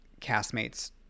castmates